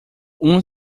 uma